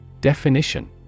Definition